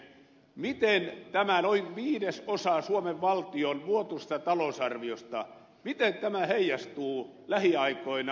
miten tämä noin viidesosa suomen valtion vuotuisesta talousarviosta heijastuu lähiaikoina